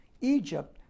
Egypt